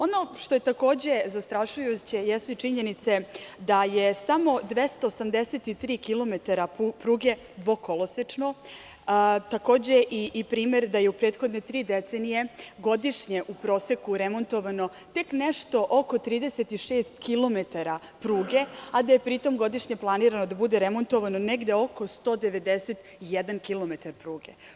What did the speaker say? Ono što je takođe zastrašujuće jeste činjenica da je samo 283 kilometara pruge dvokolosečno, takođe i primer da je u prethodne tri decenije godišnje u proseku remontovano tek nešto oko 36 kilometara pruge, a da je pri tom godišnje planirano da bude remontovano negde oko 191 kilometar pruge.